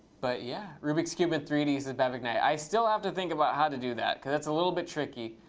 but yeah. rubik's cube in three d, says bhavik knight. i still have to think about how to do that, because that's a little bit tricky.